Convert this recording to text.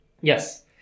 Yes